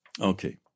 Okay